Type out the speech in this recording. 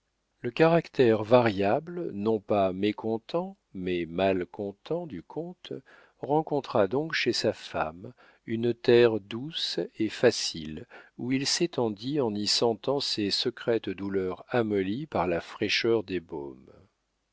le caractère variable non pas mécontent mais malcontent du comte rencontra donc chez sa femme une terre douce et facile où il s'étendit en y sentant ses secrètes douleurs amollies par la fraîcheur des baumes